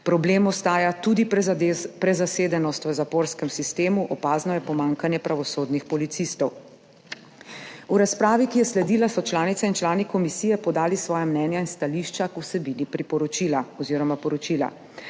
Problem ostaja tudi prezasedenost v zaporskem sistemu, opazno je pomanjkanje pravosodnih policistov. V razpravi, ki je sledila, so članice in člani komisije podali svoja mnenja in stališča k vsebini priporočila oziroma poročila.